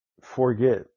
forget